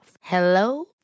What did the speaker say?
Hello